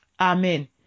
Amen